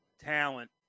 talent